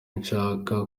nshaka